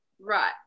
Right